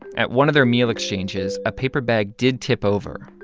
at one of their meal exchanges, a paper bag did tip over,